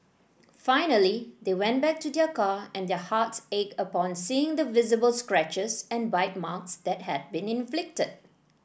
finally they went back to their car and their hearts ached upon seeing the visible scratches and bite marks that had been inflicted